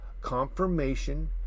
confirmation